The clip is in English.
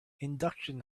induction